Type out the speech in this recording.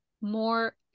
more